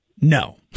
No